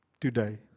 today